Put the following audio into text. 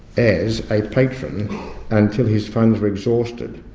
as a patron until his funds were exhausted,